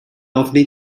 ofni